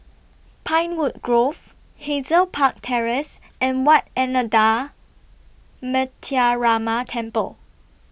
Pinewood Grove Hazel Park Terrace and Wat Ananda Metyarama Temple